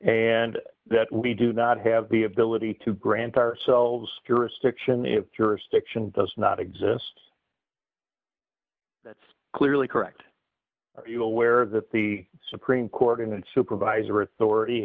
and that we do not have the ability to grant ourselves cura stiction the jurisdiction does not exist that's clearly correct are you aware that the supreme court in supervisory authority